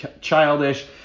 childish